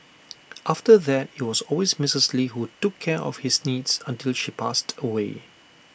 after that IT was always Mrs lee who took care of his needs until she passed away